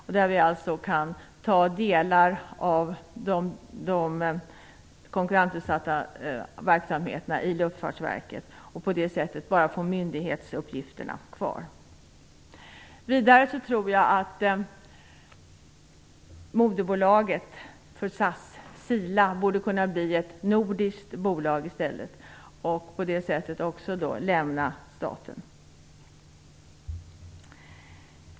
På det sättet kan man ta bort delar ur den konkurrensutsatta verksamheten i Luftfartsverket och bara få myndighetsuppgifterna kvar. Vidare tror jag att moderbolaget för SAS - SILA - borde kunna bli ett nordiskt bolag i stället och på det sättet lämna staten.